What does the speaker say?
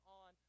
on